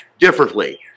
Differently